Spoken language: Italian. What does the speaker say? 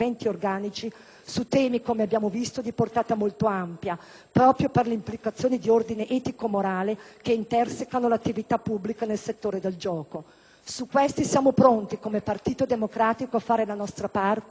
proprio per le implicazioni di ordine etico morale che intersecano l'attività pubblica nel settore del gioco. Su questo siamo pronti come Partito Democratico a fare la nostra parte, a condizione che il Governo